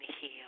heal